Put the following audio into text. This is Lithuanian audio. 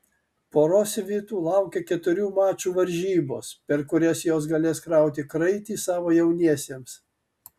poros svitų laukia keturių mačų varžybos per kurias jos galės krauti kraitį savo jauniesiems